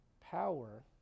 power